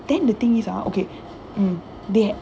then the thing is ah mm they